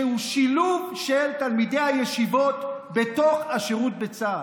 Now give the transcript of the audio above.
שילוב של תלמידי הישיבות בתוך השירות בצה"ל.